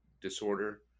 disorder